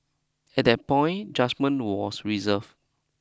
at that point judgement was reserved